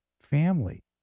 family